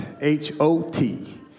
H-O-T